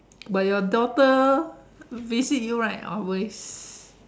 but your daughter visit you right always